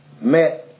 met